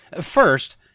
First